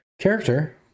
character